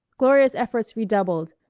gloria's efforts redoubled,